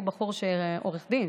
הוא עורך דין,